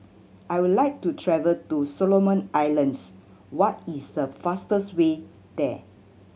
I would like to travel to Solomon Islands what is the fastest way there